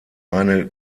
eine